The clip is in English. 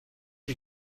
you